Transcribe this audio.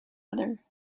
other